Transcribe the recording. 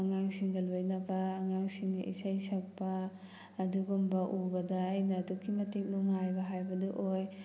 ꯑꯉꯥꯡꯁꯤꯡꯒ ꯂꯣꯏꯅꯕ ꯑꯉꯥꯡꯁꯤꯡꯅ ꯏꯁꯩ ꯁꯛꯄ ꯑꯗꯨꯒꯨꯝꯕ ꯎꯕꯗ ꯑꯩꯅ ꯑꯗꯨꯛꯀꯤ ꯃꯇꯤꯛ ꯅꯨꯡꯉꯥꯏꯕ ꯍꯥꯏꯕꯗꯨ ꯑꯣꯏ